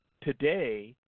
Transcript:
today